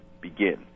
begin